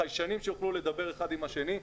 חיישנים שיוכלו לדבר אחד עם השני.